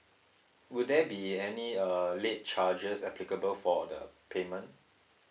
would there be any uh late charges applicable for the payment